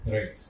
Right